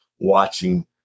watching